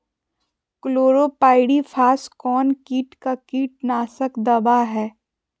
Chlorpyrifos कौन किट का कीटनाशक दवा है?